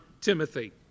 Timothy